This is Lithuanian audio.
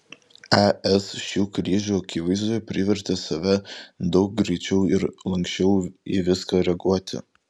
es šių krizių akivaizdoje privertė save daug greičiau ir lanksčiau į viską reaguoti